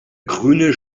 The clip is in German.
grüne